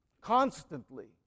constantly